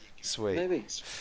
sweet